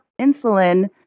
insulin